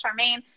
Charmaine